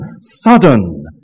sudden